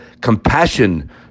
compassion